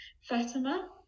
fatima